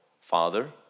Father